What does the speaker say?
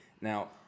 Now